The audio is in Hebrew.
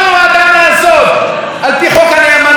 לעמוד דום חצי שעה?